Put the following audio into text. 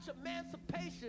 Emancipation